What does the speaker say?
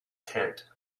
tent